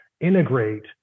integrate